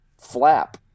flap